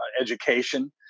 education